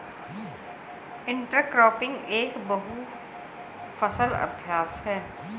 intercropping एक बहु फसल अभ्यास है